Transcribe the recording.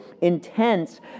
intense